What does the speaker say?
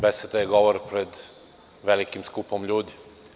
Beseda je govor pred velikim skupom ljudi.